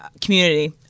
community